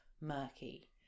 murky